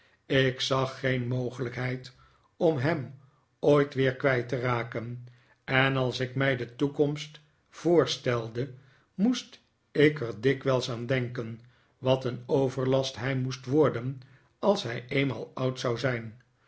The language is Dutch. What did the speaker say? ik zag geen mogelijkheid om hem ooit weer kwijt te raken en als ik mij de toekomst voorstelde moest ik er dikwiils aan denken wat een overlast hij moest worden als hij eenmaal oud zou zijn